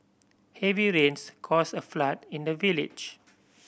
heavy rains caused a flood in the village